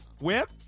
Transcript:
Whip